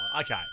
Okay